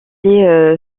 est